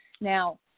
Now